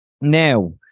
now